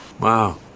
Wow